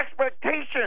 expectations